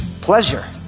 pleasure